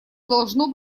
должно